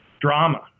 Drama